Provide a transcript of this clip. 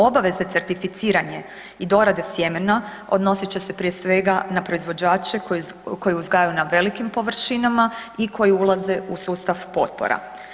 Obaveze certificiranja i dorade sjemena odnosit će se prije svega na proizvođače koji uzgajaju na velikim površinama i koji ulaze u sustav potpora.